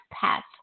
path